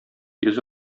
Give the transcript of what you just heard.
йөзе